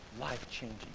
life-changing